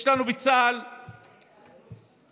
יש לנו בצה"ל רכש,